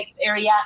area